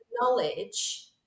knowledge